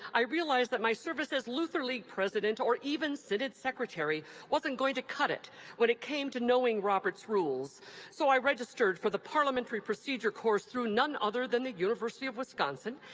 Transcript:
i realized that my service as luther league president or even synod secretary wasn't going to cut it when it came to knowing robert's rules so i registered for the parliamentary procedure course through none other than the university of wisconsin,